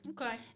Okay